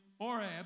Orab